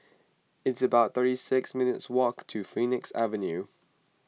it's about thirty six minutes' walk to Phoenix Avenue